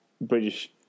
British